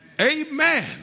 amen